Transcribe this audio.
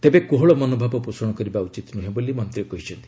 ତେବେ କୋହଳ ମନୋଭାବ ପୋଷଣ କରିବା ଉଚିତ୍ ନୁହେଁ ବୋଲି ମନ୍ତ୍ରୀ କହିଛନ୍ତି